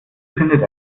findet